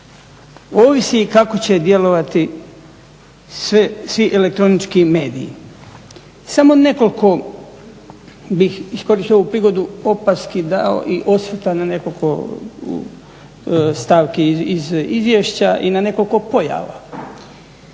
ovisi kako će djelovati svi elektronički mediji. Samo nekoliko bih, iskoristio ovu prigodu, opaski dao i osvrta na nekoliko stavki iz izvješća i na nekoliko pojava.